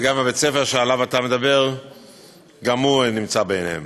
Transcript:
וגם בית-הספר שעליו אתה מדבר נמצא ביניהם.